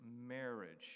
marriage